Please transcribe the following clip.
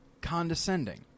condescending